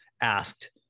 asked